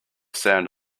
sound